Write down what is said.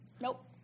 Nope